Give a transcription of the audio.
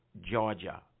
Georgia